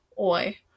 Oy